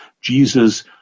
Jesus